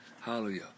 Hallelujah